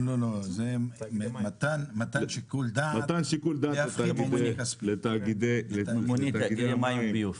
מתן שיקול דעת לתאגידי המים והביוב.